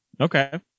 Okay